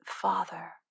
Father